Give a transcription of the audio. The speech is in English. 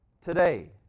today